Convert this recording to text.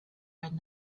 red